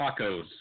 tacos